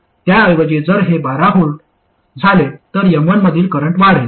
त्याऐवजी जर हे 12V झाले तर M1 मधील करंट वाढेल